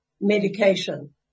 medication